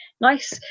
nice